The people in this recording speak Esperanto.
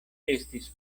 estis